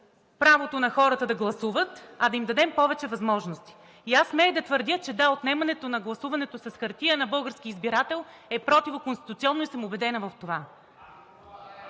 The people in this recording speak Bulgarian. правото на хората да гласуват, а да им дадем повече възможности. И аз смея да твърдя, че, да, отнемането на гласуването с хартиена бюлетина на българския избирател е противоконституционно и съм убедена в това.